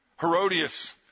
Herodias